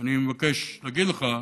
אני מבקש להגיד לך,